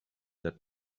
that